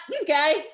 okay